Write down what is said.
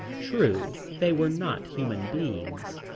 true, they were not human beings,